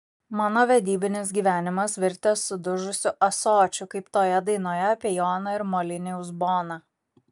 mano vedybinis gyvenimas virtęs sudužusiu ąsočiu kaip toje dainoje apie joną ir molinį uzboną